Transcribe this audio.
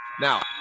Now